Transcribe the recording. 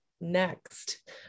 next